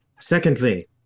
Secondly